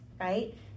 right